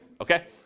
Okay